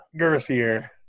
girthier